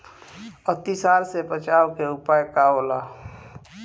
अतिसार से बचाव के उपाय का होला?